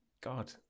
God